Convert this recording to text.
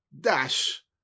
dash